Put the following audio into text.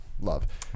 love